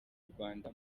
rwanda